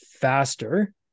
faster